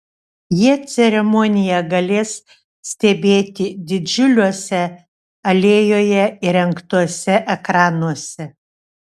jie ceremoniją galės stebėti didžiuliuose alėjoje įrengtuose ekranuose